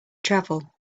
travel